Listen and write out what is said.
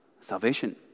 salvation